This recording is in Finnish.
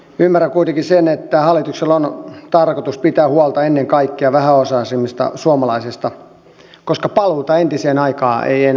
ymmärrän kuitenkin sen että hallituksella on tarkoitus pitää huolta ennen kaikkea vähäosaisimmista suomalaisista koska paluuta entiseen aikaan ei enää ole